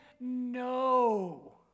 no